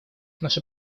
наше